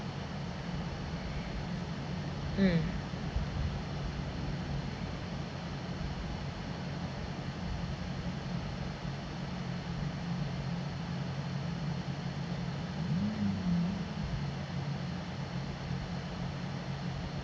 mm